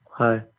Hi